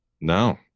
no